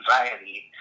anxiety